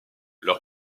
leur